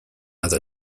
other